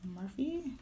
murphy